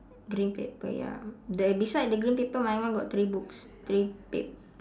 green paper ya there beside the green paper my one got three books three pap~